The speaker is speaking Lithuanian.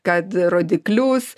kad rodiklius